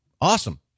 awesome